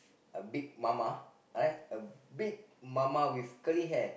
a Big Mama a Big Mama with curly hair